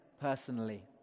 personally